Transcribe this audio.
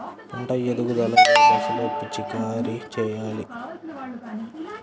పంట ఎదుగుదల ఏ దశలో పిచికారీ చేయాలి?